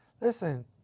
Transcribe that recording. listen